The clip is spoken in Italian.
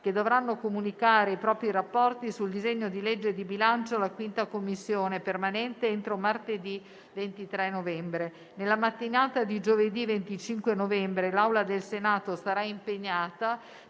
che dovranno comunicare i propri rapporti sul disegno di legge di bilancio alla 5a Commissione permanente entro martedì 23 novembre. Nella mattinata di giovedì 25 novembre l'Aula del Senato sarà impegnata